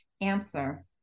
answer